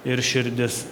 ir širdis